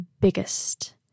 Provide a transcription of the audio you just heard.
biggest